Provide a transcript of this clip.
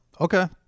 Okay